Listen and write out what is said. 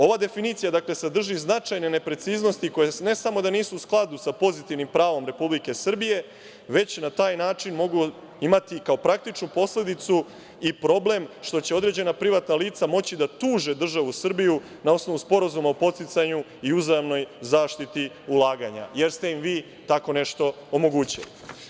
Ova definicija sadrži značajne nepreciznosti koje ne samo da nisu u skladu sa pozitivnim pravom Republike Srbije već na taj način mogu imati kao praktičnu posledicu i problem što će određena privatna lica moći da tuže državu Srbiju na osnovu sporazuma o podsticanju i uzajamnoj zaštiti ulaganja jer ste im vi tako nešto omogućili.